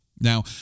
Now